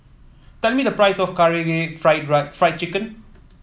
tell me the price of Karaage Fry Fry Chicken